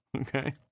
Okay